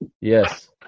Yes